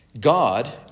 God